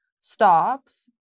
stops